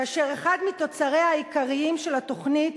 כאשר אחד מתוצריה העיקריים של התוכנית